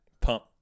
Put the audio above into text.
Pump